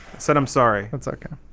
said, i'm sorry. that's okay.